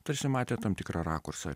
tarsi matė tam tikrą rakursą